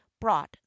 brought